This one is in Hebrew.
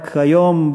רק היום,